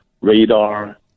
radar